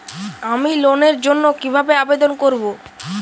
আমি লোনের জন্য কিভাবে আবেদন করব?